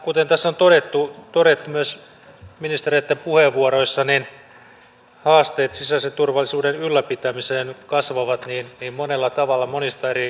kuten tässä on todettu myös ministereitten puheenvuoroissa haasteet sisäisen turvallisuuden ylläpitämiseen kasvavat monella tavalla monista eri syistä